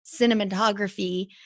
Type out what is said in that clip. cinematography